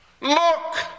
look